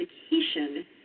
education